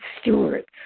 stewards